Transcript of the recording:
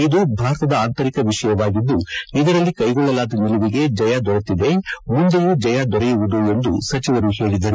ಇದು ಭಾರತದ ಆಂತರಿಕ ವಿಷಯವಾಗಿದ್ದು ಇದರಲ್ಲಿ ಕೈಗೊಳ್ಳಲಾದ ನಿಲುವಿಗೆ ಜಯ ದೊರೆತಿದೆ ಮುಂದೆಯೂ ಜಯ ದೊರೆಯುವುದು ಎಂದು ಸಚಿವರು ಹೇಳಿದರು